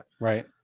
Right